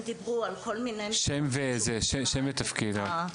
הם דיברו על כל מיני -- שם ותפקיד רק.